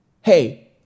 hey